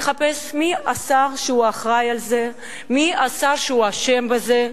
לחפש מי השר שהוא אחראי על זה ומי השר שהוא אשם בזה: